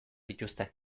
dituzte